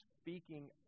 speaking